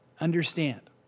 Understand